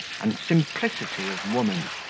and simplicity of woman,